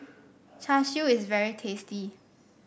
Char Siu is very tasty